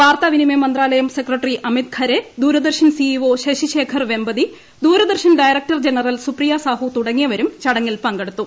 വാർത്താവിനിമയു മിന്ത്രാലയം secretary Amit Khare Doordarshan CEO Sasi ശ്ലേഖ്ർവെമ്പതി Doordarshan director general Supriya Sahu തൂടങ്ങിയവരും ചടങ്ങിൽ പങ്കെടുത്തു